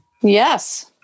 Yes